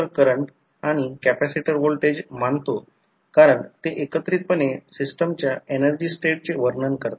आणि hand rule वापरा आणि नंतर फ्लक्सची दिशा दिसेल आणि नंतर तो इफेक्टिव फ्लक्स कमी करण्याचा प्रयत्न करू